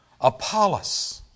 Apollos